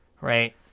right